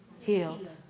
healed